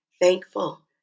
Thankful